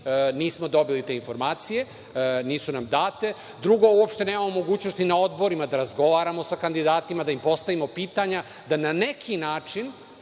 nismo dobili te informacije, nisu nam date. Drugo, uopšte nemamo mogućnost na odborima da razgovaramo sa kandidatima, da im postavljamo pitanja, da na neki način